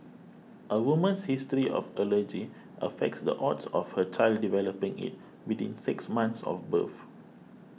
a woman's history of allergy affects the odds of her child developing it within six months of birth